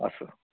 असं